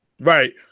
right